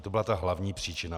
To byla ta hlavní příčina.